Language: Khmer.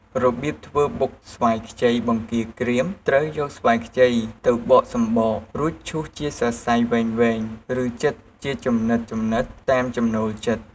របៀបធ្វើបុកស្វាយខ្ចីបង្គាក្រៀមត្រូវយកស្វាយខ្ចីទៅបកសំបក រួចឈូសជាសរសៃវែងៗ ឬចិតជាចំណិតៗតាមចំណូលចិត្ត។